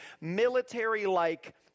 military-like